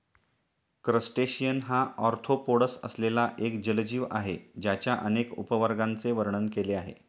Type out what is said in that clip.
crustacean हा arthropods असलेला एक जलजीव आहे ज्याच्या अनेक उपवर्गांचे वर्णन केले आहे